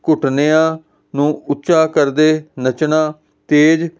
ਘੁਟਨਿਆਂ ਨੂੰ ਉੱਚਾ ਕਰਦੇ ਨੱਚਣਾ ਤੇਜ਼